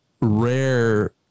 rare